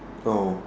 oh